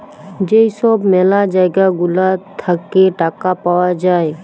যেই সব ম্যালা জায়গা গুলা থাকে টাকা পাওয়া যায়